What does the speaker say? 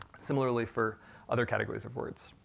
similarly for other categories of words.